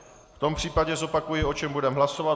V tom případě zopakuji, o čem budeme hlasovat.